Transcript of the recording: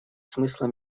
смысла